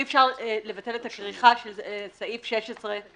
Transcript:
אי אפשר לבטל את הכריכה של סעיף 16,שאנחנו